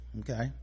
okay